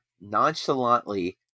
nonchalantly